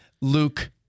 Luke